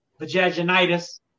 vaginitis